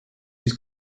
his